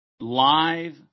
Live